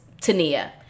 Tania